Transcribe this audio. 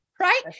Right